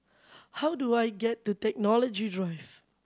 how do I get to Technology Drive